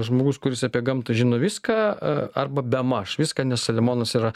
žmogus kuris apie gamtą žino viską arba bemaž viską nes selemonas yra